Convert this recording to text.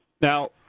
Now